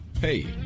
Hey